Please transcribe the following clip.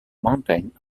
mountains